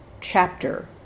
chapter